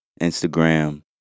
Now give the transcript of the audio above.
Instagram